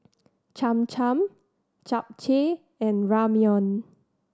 Cham Cham Japchae and Ramyeon